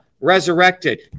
resurrected